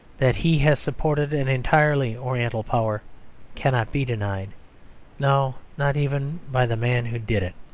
that he has supported an entirely oriental power cannot be denied no, not even by the man who did it.